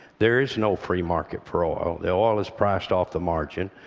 there is no free market for oil. the oil is priced off the margin.